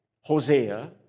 Hosea